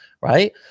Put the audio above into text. right